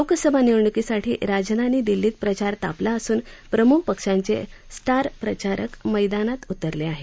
लोकसभा निवडणुकीसाठी राजधानी दिल्लीत प्रचार तापला असून प्रमुख पक्षांचे स्टार प्रचारक मैदानात उतरले आहे